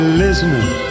listening